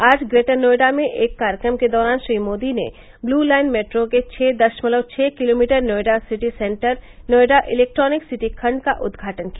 आज ग्रेटर नोएडा में एक कार्यक्रम के दौरान श्री मोदी ने ब्लू लाइन मैट्रो के छः दशमलव छः kilometre Noida City Centre Noida Electronic City खंड का उद्घाटन किया